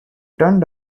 turned